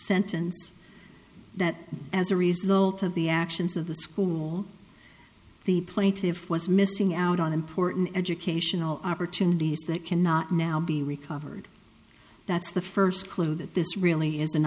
sentence that as a result of the actions of the school the plaintiff was missing out on important educational opportunities that cannot now be recovered that's the first clue that this really is an